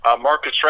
Marcus